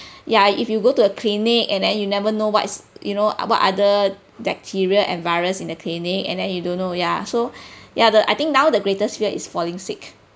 ya if you go to a clinic and then you never know what's you know what other bacteria and virus in the clinic and then you don't know ya so ya the I think now the greatest fear is falling sick